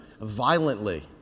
violently